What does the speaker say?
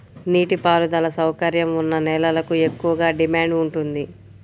నీటి పారుదల సౌకర్యం ఉన్న నేలలకు ఎక్కువగా డిమాండ్ ఉంటుంది